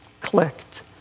clicked